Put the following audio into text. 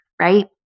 right